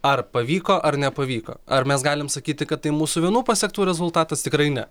ar pavyko ar nepavyko ar mes galim sakyti kad tai mūsų vienų pasektų rezultatas tikrai ne